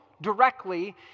directly